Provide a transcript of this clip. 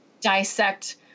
dissect